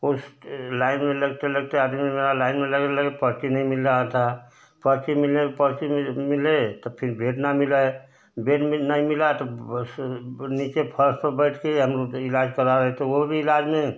उस लाइन में लगते लगते आदमी मेरा लाइन में लगे लगे पर्ची नहीं मिल रहा था पर्ची मिले पर्ची मिल मिले तब फिर बेड न मिले बेड नहीं मिला तो बस नीचे फ़र्श पर बैठ कर हम लोग इलाज़ करवा रहे थे वो भी इलाज़ में